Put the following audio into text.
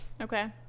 Okay